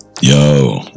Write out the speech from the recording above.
Yo